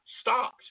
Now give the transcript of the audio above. stopped